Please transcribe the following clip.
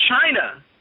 China